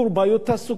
בעיות תעסוקה,